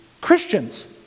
Christians